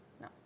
No